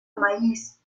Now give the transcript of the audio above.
maíz